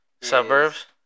suburbs